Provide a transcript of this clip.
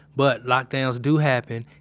but lockdowns do happen,